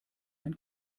ein